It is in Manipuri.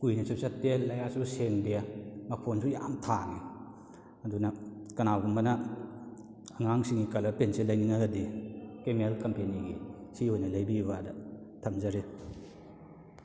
ꯀꯨꯏꯅꯁꯨ ꯆꯠꯇꯦ ꯂꯌꯥꯔꯁꯨ ꯁꯦꯡꯗꯦ ꯃꯐꯣꯟꯁꯨ ꯌꯥꯝ ꯊꯥꯡꯉꯦ ꯑꯗꯨꯅ ꯀꯅꯥꯒꯨꯝꯕꯅ ꯑꯉꯥꯡꯁꯤꯡꯒꯤ ꯀꯂꯔ ꯄꯦꯟꯁꯤꯜ ꯂꯩꯅꯤꯡꯉꯒꯗꯤ ꯀꯦꯃꯦꯜ ꯀꯝꯄꯦꯅꯤꯒꯤ ꯁꯤ ꯑꯣꯏꯅ ꯂꯩꯕꯤꯌꯨ ꯍꯥꯏꯅ ꯊꯝꯖꯔꯤ